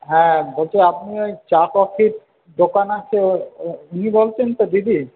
হ্যাঁ বলছি আপনি ওই চা কফির দোকান আছে উনি বলছেন তো দিদি